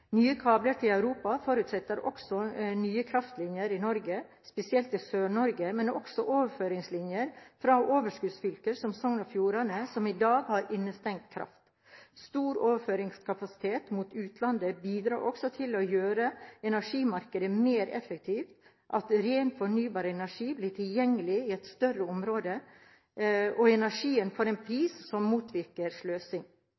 Nye kabler til Europa forutsetter også nye kraftlinjer i Norge, spesielt i Sør-Norge, men også overføringslinjer fra overskuddsfylker som Sogn og Fjordane, som i dag har innestengt kraft. Stor overføringskapasitet mot utlandet bidrar også til å gjøre energimarkedet mer effektivt, at ren fornybar energi blir tilgjengelig i et større område, og at energien får en